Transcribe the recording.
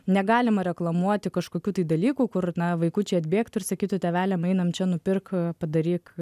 negalima reklamuoti kažkokių tai dalykų kur na vaikučiai atbėgtų ir sakytų tėveliam einame čia nupirk padaryk